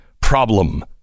problem